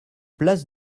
place